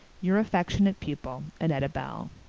your afecksionate pupil, annetta bell